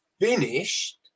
finished